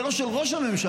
זה לא של ראש הממשלה.